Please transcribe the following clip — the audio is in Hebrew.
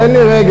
תן לי רגע.